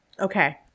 Okay